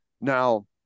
Now